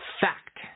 fact